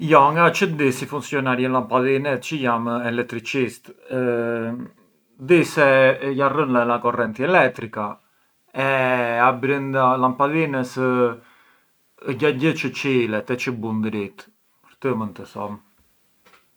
Jo nga çë di si funcjonarjën lampadhinet, çë jam elettricist? Di se jarrën la correnti elettrica e abrënda lampadinës ë ndo gjagjë çë çilet e çë bun dritë, këtë mënd të thom.